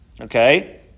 Okay